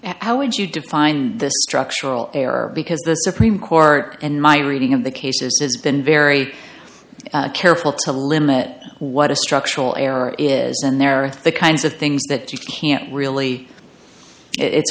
how would you define the structural error because the supreme court and my reading of the cases has been very careful to limit what a structural error is and there are three kinds of things that you can't really it's